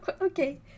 okay